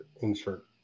insert